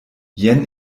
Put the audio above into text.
jen